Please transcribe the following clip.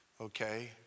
Okay